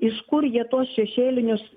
iš kur jie to šešėlinius